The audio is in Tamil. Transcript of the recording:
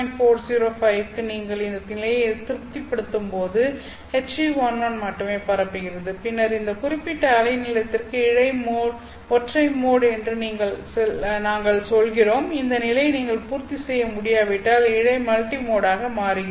405 க்கு நீங்கள் இந்த நிலையை திருப்திப்படுத்தும்போது HE11 மட்டுமே பரப்புகிறது பின்னர் இந்த குறிப்பிட்ட அலை நீளத்திற்கு இழை ஒற்றை மோட் என்று நாங்கள் சொல்கிறோம் இந்த நிலையை நீங்கள் பூர்த்தி செய்ய முடியாவிட்டால் இழை மல்டிமோடாக மாறுகிறது